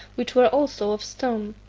which were also of stone.